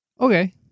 okay